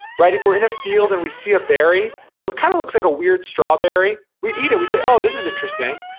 right? if we're in a field and we see a berry, that kind of looks like a weird strawberry, we'd eat it. we'd say, oh, this is interesting.